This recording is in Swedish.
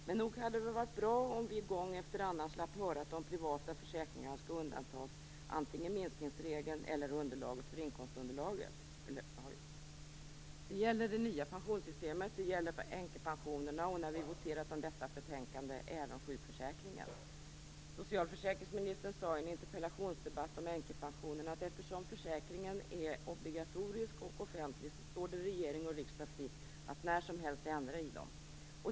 Men nog hade det varit bra om vi gång efter annan slapp höra att de privata försäkringarna skall undantas antingen minskningsregeln eller underlaget för inkomstunderlaget. Det gäller det nya pensionssystemet, det gäller änkepensionerna, och när vi voterat om detta betänkande även sjukförsäkringen. Socialförsäkringsministern sade i en interpellationsdebatt om änkepensionerna att eftersom försäkringarna är obligatoriska och offentliga står det regering och riksdag fritt att när som helst ändra i dem.